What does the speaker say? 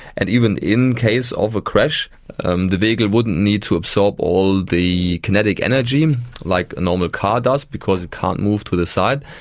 and even in case of a crash um the vehicle wouldn't need to absorb all the kinetic energy like a normal car does because it can't move to the side.